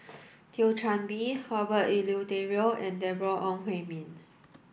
Thio Chan Bee Herbert Eleuterio and Deborah Ong Hui Min